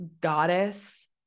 goddess